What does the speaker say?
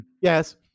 Yes